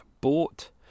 bought